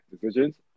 decisions